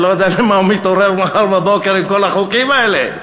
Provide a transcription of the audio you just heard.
הוא לא יודע למה הוא מתעורר מחר בבוקר עם כל החוקים האלה,